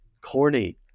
corny